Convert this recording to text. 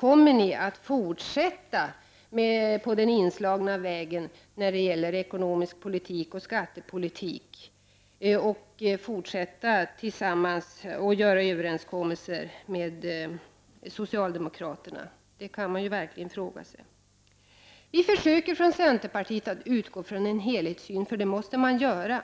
Kommer folkpartiet att fortsätta på den inslagna vägen när det gäller ekonomisk politik och skattepolitik och göra överenskommelser med socialdemokraterna? Vi i centerpartiet försöker att utgå ifrån en helhetssyn. Det måste man göra.